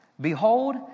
Behold